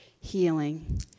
healing